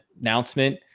announcement